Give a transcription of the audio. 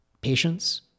patience